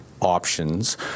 options